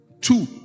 Two